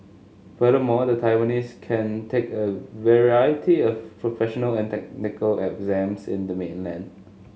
furthermore the Taiwanese can take a variety of professional and technical exams in the mainland